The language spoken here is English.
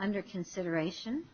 under consideration